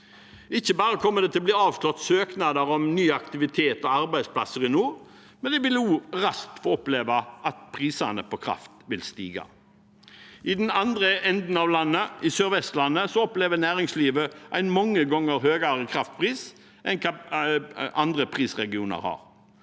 Ikke bare kommer søknader om ny aktivitet og arbeidsplasser i nord til å bli avslått, de vil også raskt få oppleve at prisene på kraft vil stige. I den andre enden av landet, på Sør-Vestlandet, opplever næringslivet en mange ganger høyere kraftpris enn hva andre prisregioner har.